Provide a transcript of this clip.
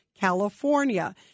California